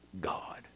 God